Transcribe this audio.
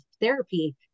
therapy